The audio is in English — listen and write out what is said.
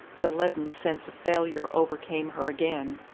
the leaden sense of failure overcame her again.